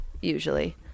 usually